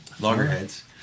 Loggerheads